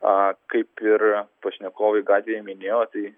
a kaip ir pašnekovai gatvėj minėjo tai